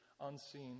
unseen